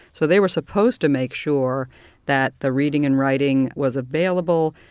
so, they were supposed to make sure that the reading and writing was available,